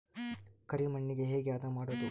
ಕರಿ ಮಣ್ಣಗೆ ಹೇಗೆ ಹದಾ ಮಾಡುದು?